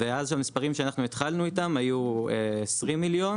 המספרים שהתחלנו איתם היו 20 מיליון